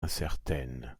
incertaine